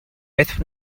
beth